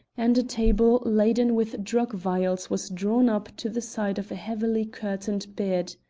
and a table laden with drug-vials was drawn up to the side of a heavily-curtained bed.